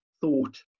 thought